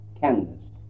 canvas